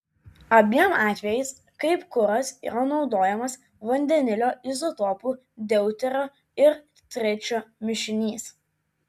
abiem atvejais kaip kuras yra naudojamas vandenilio izotopų deuterio ir tričio mišinys